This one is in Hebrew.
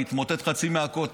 מתמוטט חצי מהכותל,